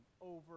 over